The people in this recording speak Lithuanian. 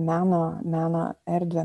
meną meno erdvę